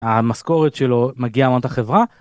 המשכורת שלו מגיעה מאותה חברה?